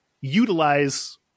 utilize